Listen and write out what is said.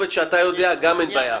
הכתובת שאתה יודע, גם עם זה אין בעיה.